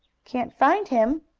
can't find him!